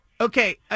Okay